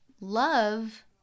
love